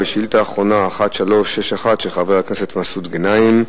שאילתא אחרונה היא שאילתא 1361 של חבר הכנסת מסעוד גנאים,